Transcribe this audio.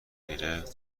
میگرفت